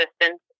assistance